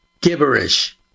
Gibberish